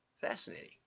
Fascinating